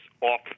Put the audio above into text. off